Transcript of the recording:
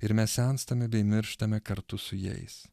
ir mes senstame bei mirštame kartu su jais